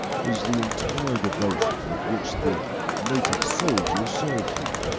is the entire devotion with which the native soldiers served him,